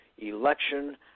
election